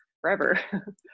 forever